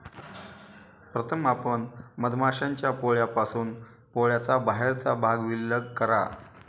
प्रथम आपण मधमाश्यांच्या पोळ्यापासून पोळ्याचा बाहेरचा भाग विलग करा